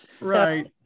Right